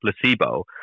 placebo